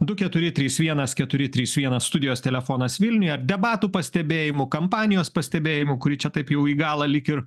du keturi trys vienas keturi trys vienas studijos telefonas vilniuje debatų pastebėjimų kampanijos pastebėjimų kuri čia taip jau į galą lyg ir